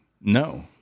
No